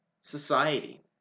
society